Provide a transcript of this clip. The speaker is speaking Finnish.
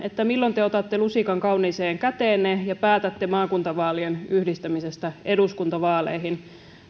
milloin te otatte lusikan kauniiseen käteenne ja päätätte maakuntavaalien yhdistämisestä eduskuntavaaleihin